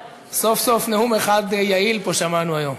סוף-סוף נאום אחד יעיל שמענו פה היום.